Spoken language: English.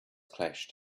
clashed